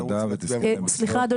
סליחה,